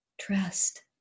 Trust